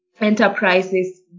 enterprises